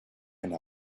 and